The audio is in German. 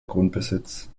grundbesitz